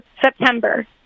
September